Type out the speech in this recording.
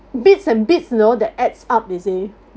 bits and bits you know the adds up they say